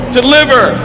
deliver